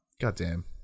Goddamn